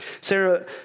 Sarah